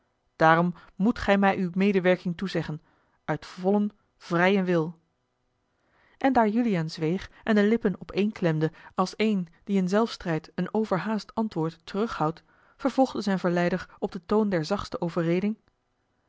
daarom moet gij mij uwe medewerking toezeggen uit vollen vrijen wil en daar juliaan zweeg en de lippen opéénklemde als een die in zelfstrijd een overhaast antwoord terughoud vervolgde zijn verleider op den toon der zachtste overreding